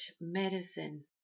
medicine